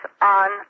on